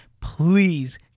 please